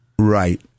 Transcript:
Right